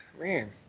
Man